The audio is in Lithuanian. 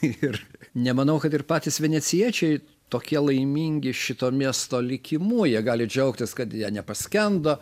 ir nemanau kad ir patys venecijiečiai tokie laimingi šito miesto likimu jie gali džiaugtis kad jie nepaskendo